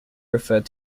referred